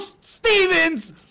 Stevens